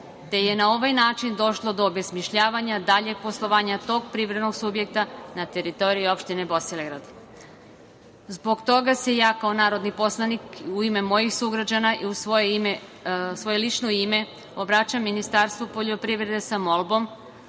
te je na ovaj način došlo do obesmišljavanja daljeg poslovanja tog privrednog subjekta na teritoriji opštine Bosilegrad. Zbog toga se ja kao narodni poslanik, u ime mojih sugrađana i u svoje lično ime obraćam Ministarstvu poljoprivrede sa molbom